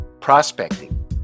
prospecting